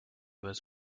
was